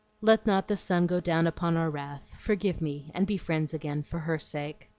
let not the sun go down upon our wrath. forgive me and be friends again, for her sake.